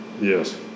yes